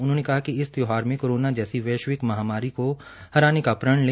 उन्होंने कहा कि इस त्यौहार मे कोरोना जैसी वैश्विक महामारी के हटाने का प्रण ले